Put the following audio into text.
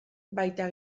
baita